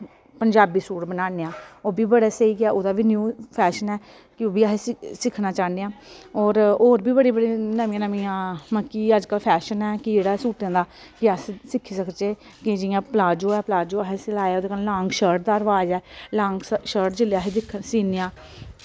Punjabi suit बनाने आं ओह् बी बड़ा स्हेई ऐ ओह्दा बी न्यू फैशन ऐ कि ओह् बी अस सि सिक्खना चाह्ने आं होर होर बी बड़ी बड़ी नमीं नमियां मतलब कि अजकल्ल फैशन ऐ एह्ड़ा सूटें दा कि अस सिक्खी सकचै कि जि'यां प्लाजो ऐ प्लाजो असैं सिलाया ओह्दे कन्नै लांग शर्ट दा रवाज ऐ लांग शर्ट जिल्लै अस दिक्ख सीनेआं